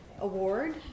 award